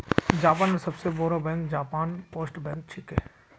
जापानेर सबस बोरो बैंक जापान पोस्ट बैंक छिके